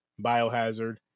Biohazard